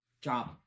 job